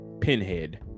Pinhead